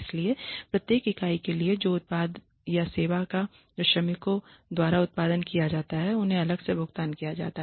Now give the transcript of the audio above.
इसलिए प्रत्येक इकाई के लिए जो उत्पाद या सेवा का जो श्रमिकों द्वाराउत्पादन किया जाता है उन्हें अलग से भुगतान किया जाता है